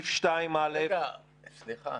רגע, סליחה.